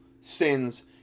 sins